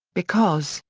because,